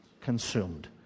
consumed